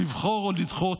לבחור או לדחות,